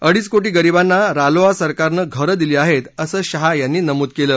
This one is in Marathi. अडीच कोटी गरिबांना रालोआ सरकारनं घरं दिली आहेत असं शाह यांनी नमूद केलं